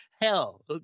Hell